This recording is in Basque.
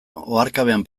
oharkabean